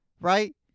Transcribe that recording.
Right